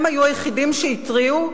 הם היו היחידים שהתריעו,